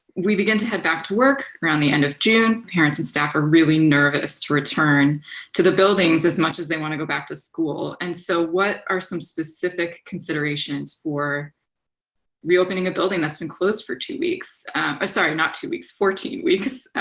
we begin to head back to work around the end of june. parents and staff are really nervous to return to the buildings, as much as they want to go back to school. and so what are some specific considerations for reopening a building that's been closed for two weeks ah sorry, not two weeks, fourteen weeks.